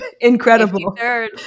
incredible